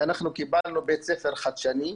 אנחנו קיבלנו בית ספר חדשני.